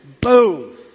boom